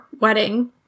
wedding